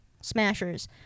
Smashers